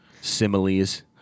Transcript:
Similes